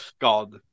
God